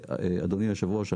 אדוני יושב הראש,